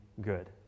good